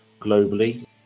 globally